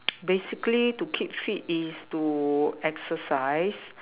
basically to keep fit is to exercise